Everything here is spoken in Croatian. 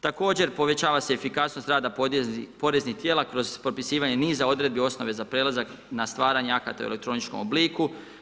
Također, povećava se efikasnost rada poreznih tijela kroz potpisivanje niza Odredbi osnove za prelazak na stvaranje akata u elektroničkom obliku.